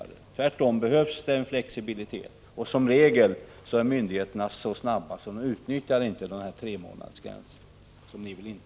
Tvärtom behövs det en flexibilitet, och som regel är myndigheterna så snabba att de normalt inte behöver utnyttja den tremånadersgräns som ni vill införa.